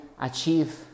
achieve